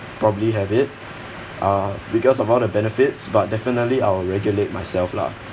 probably have it uh because of all the benefits but definitely I will regulate myself lah